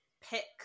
pick